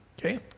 Okay